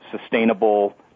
sustainable